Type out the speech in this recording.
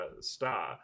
star